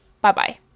Bye-bye